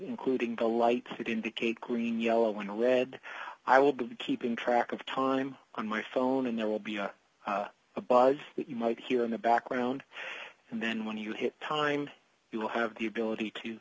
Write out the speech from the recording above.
including the lights that indicate green yellow in red i will be keeping track of time on my phone and there will be a buzz that you might hear in the background and then when you hit time you will have the ability to